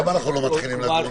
טוב, למה אנחנו לא מתחילים לדון